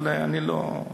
אבל אני לא,